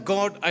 God